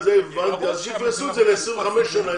אז שיפרסו את זה ל-25 שנה.